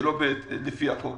שלא לפי החוק